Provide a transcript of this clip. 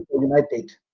United